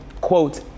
quote